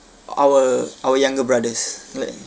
our our younger brothers like